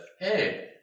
hey